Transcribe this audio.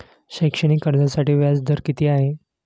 शैक्षणिक कर्जासाठी व्याज दर किती आहे?